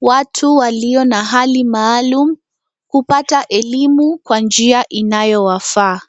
watu walio na hali maalum kupata elimu kwa njia inayo wafaa.